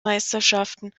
meisterschaften